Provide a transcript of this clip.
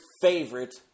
favorite